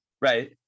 Right